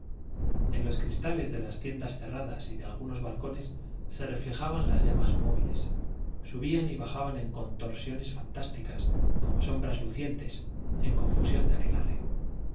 en los cristales de las tiendas cerradas y de algunos balcones se reflejaban las llamas movibles subían y bajaban en contorsiones fantásticas como sombras lucientes en confusión de aquelarre